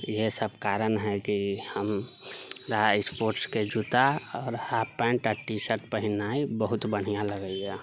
इहै सभ कारण है कि हम हमरा स्पोर्टसके जुत्ता आ हाँफ पैन्ट आ टी शर्ट पहिननाइ हमरा बहुत बढ़ियाॅं लगैया